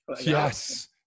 Yes